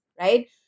right